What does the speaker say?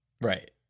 right